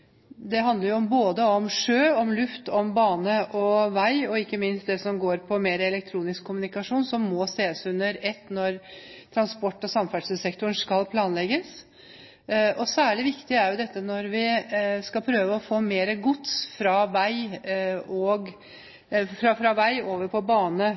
Det handler både om sjø, om luft, om bane og vei og, ikke minst, om det som går på mer elektronisk kommunikasjon, som må ses under ett når transport- og samferdselssektoren skal planlegges. Og særlig viktig er dette når vi skal prøve å få mer gods fra vei over på bane